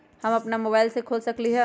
हम अपना मोबाइल से खोल सकली ह?